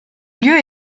lieu